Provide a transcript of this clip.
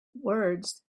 words